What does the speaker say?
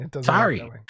Sorry